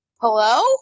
Hello